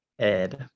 Ed